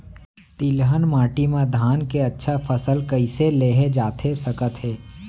तिलहन माटी मा धान के अच्छा फसल कइसे लेहे जाथे सकत हे?